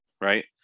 right